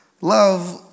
love